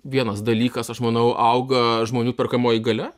vienas dalykas aš manau auga žmonių perkamoji galia